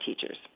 teachers